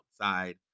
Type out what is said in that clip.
outside